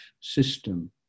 system